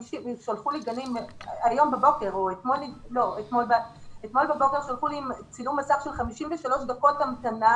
שלחו לי אתמול בבוקר צילום מסך של 53 דקות המתנה